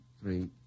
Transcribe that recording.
three